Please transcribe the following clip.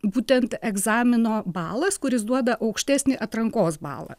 būtent egzamino balas kuris duoda aukštesnį atrankos balą